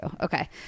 okay